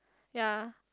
ya